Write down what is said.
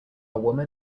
woman